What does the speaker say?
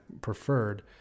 preferred